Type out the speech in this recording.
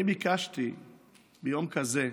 אני ביקשתי ביום כזה,